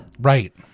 Right